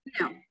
No